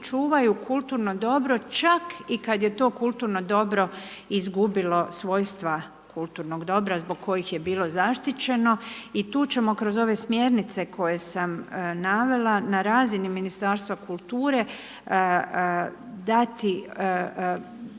kulturno dobro čak i kad je to kulturno dobro izgubilo svojstva kulturnog dobra zbog kojih je bilo zaštićeno i tu ćemo kroz ove smjernice koje sam navela na razini Ministarstva kulture dati